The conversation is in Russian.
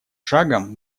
шагом